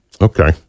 Okay